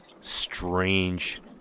strange